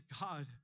God